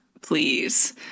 please